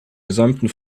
gesamten